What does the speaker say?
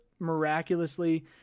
miraculously